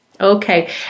Okay